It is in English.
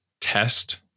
test